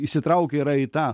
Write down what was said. įsitraukę yra į tą